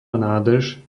nádrž